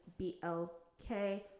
BLK